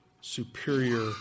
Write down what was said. superior